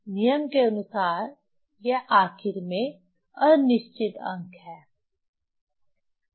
नियम के अनुसार यह आखिर में अनिश्चित अंक है